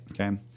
Okay